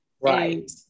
Right